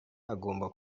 agomba